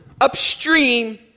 upstream